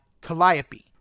Calliope